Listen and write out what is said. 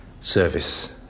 service